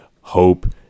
hope